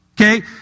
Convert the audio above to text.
Okay